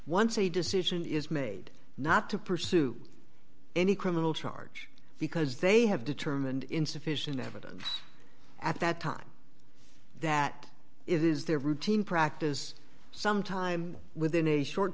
once a decision is made not to pursue any criminal charge because they have determined insufficient evidence at that time that it is their routine practice sometime within a short